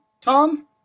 Tom